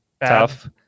tough